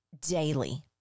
daily